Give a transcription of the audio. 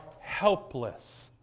helpless